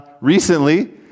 Recently